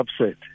upset